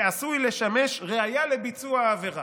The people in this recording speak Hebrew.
העשוי לשמש ראיה לביצוע העבירה.